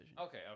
okay